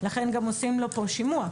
לכן גם עושים לו פה שימוע,